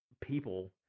people